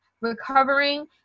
recovering